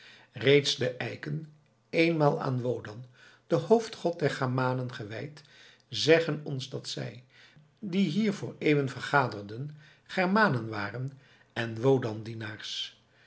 reeds de eiken eenmaal aan wodan den hoofdgod der germanen gewijd zeggen ons dat zij die hier vr eeuwen vergaderden germanen waren en wodan dienaars